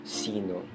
sino